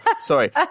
Sorry